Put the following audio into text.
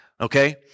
okay